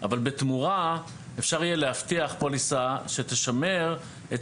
אבל בתמורה אפשר יהיה להבטיח פוליסה שתשמר את